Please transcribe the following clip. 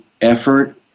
effort